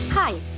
Hi